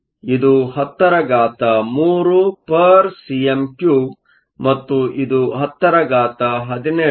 ಇದು 103 cm 3 ಮತ್ತು ಇದು 1017 cm 3 ಆಗಿವೆ